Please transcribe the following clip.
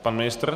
Pan ministr?